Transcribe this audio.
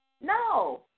No